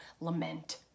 lament